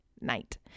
night